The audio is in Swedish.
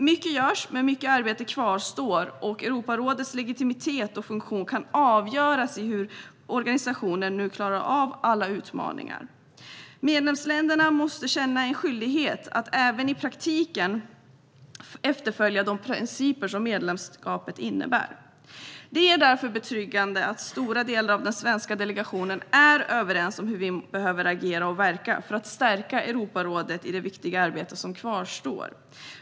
Mycket görs, men mycket arbete kvarstår. Europarådets legitimitet och funktion kan avgöras av hur organisationen klarar av alla utmaningar. Medlemsländerna måste känna skyldighet att även i praktiken efterfölja de principer som medlemskapet innebär. Det är därför betryggande att stora delar av den svenska delegationen är överens om hur vi behöver agera och verka för att stärka Europarådet i det viktiga arbete som kvarstår.